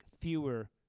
fewer